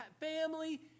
family